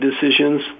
decisions